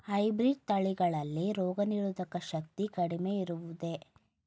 Hybrid ತಳಿಗಳಲ್ಲಿ ರೋಗನಿರೋಧಕ ಶಕ್ತಿ ಕಡಿಮೆ ಇರುವುದೇ?